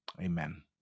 Amen